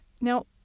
now